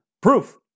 proof